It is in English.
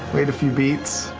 wait a few beats.